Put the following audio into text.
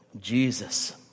Jesus